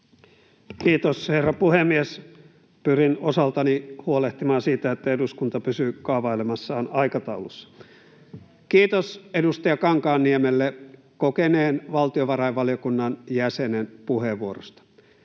Kiitos, herra puhemies! Pyrin osaltani huolehtimaan siitä, että eduskunta pysyy kaavailemassaan aikataulussa. — Kiitos edustaja Kankaanniemelle kokeneen valtiovarainvaliokunnan jäsenen puheenvuorosta.